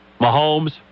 Mahomes